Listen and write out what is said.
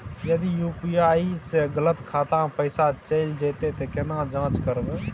यदि यु.पी.आई स गलत खाता मे पैसा चैल जेतै त केना जाँच करबे?